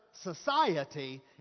society